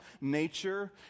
nature